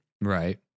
Right